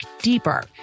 deeper